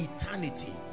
eternity